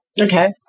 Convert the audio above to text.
okay